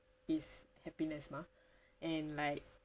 is happiness mah and like